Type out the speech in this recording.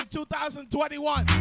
2021